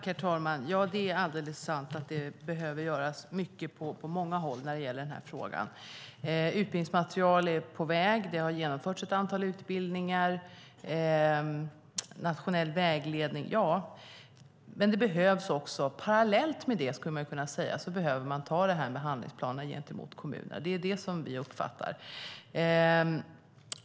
Herr talman! Det är alldeles sant att det behöver göras mycket på många håll när det gäller den här frågan. Utbildningsmaterial är på väg. Det har genomförts ett antal utbildningar. Nationell vägledning - ja, men parallellt med det behöver man ta det här med handlingsplaner gentemot kommunerna. Så uppfattar vi det.